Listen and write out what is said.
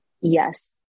yes